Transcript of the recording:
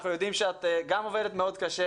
אנחנו יודעים שאת גם עובדת מאוד קשה